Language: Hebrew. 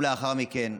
ולאחר מכן.